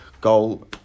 goal